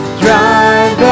drive